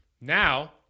now